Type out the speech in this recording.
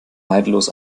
neidlos